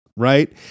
right